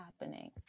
happening